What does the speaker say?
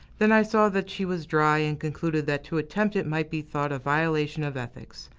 then i saw that she was dry, and concluded that to attempt it might be thought a violation of ethics.